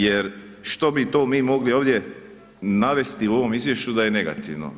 Jer što bi to mi mogli ovdje navesti u ovom izvješću da je negativno?